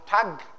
tag